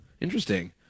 interesting